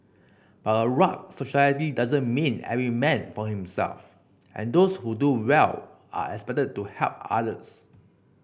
but a rugged society doesn't mean every man for himself and those who do well are expected to help others